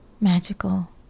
magical